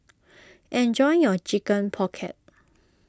enjoy your Chicken Pocket